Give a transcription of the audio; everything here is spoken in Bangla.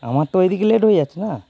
আমার তো ওই দিকে লেট হয়ে যাচ্ছে না